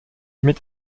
mit